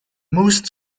most